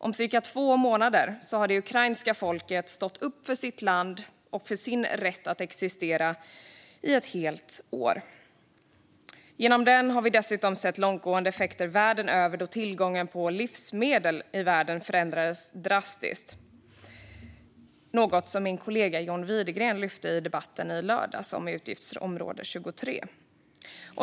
Om cirka två månader har det ukrainska folket stått upp för sitt land och sin rätt att existera i ett helt år. I och med detta krig har vi även sett långtgående effekter då tillgången på livsmedel i världen förändrats drastiskt - något som min kollega John Widegren klokt tog upp i lördagens debatt om utgiftsområde 23.